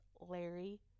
Larry